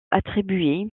attribué